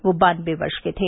वह बान्नवे वर्ष के थे